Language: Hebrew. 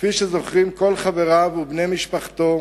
כפי שזוכרים אותו כל חבריו ובני משפחתו,